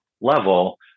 level